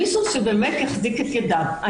מישהו שבאמת יחזיק את ידיו.